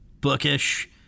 bookish